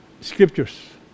scriptures